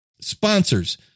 sponsors